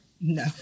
No